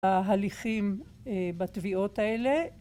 ההליכים בתביעות האלה